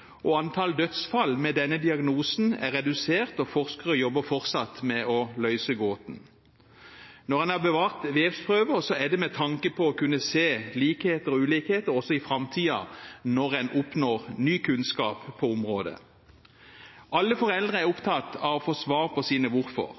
anerkjent. Antallet dødsfall med denne diagnosen er redusert, men forskere jobber fortsatt med å løse gåten. Når en har bevart vevsprøver, er det med tanke på å kunne se likheter og ulikheter også i framtiden når en oppnår ny kunnskap på området. Alle foreldre er opptatt av å få svar på sine hvorfor.